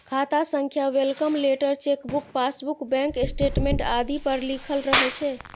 खाता संख्या welcome letter, cheque book, passbook, bank statement आदि पर लिखल रहै छै